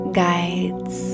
guides